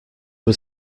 was